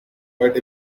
but